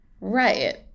Right